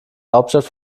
hauptstadt